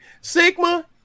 Sigma